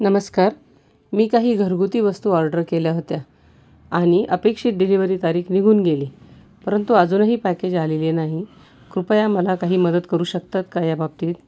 नमस्कार मी काही घरगुती वस्तू ऑर्डर केल्या होत्या आणि अपेक्षित डिलिवरी तारीख निघून गेली परंतु अजूनही पॅकेज आलेले नाही कृपया मला काही मदत करू शकतात का या बाबतीत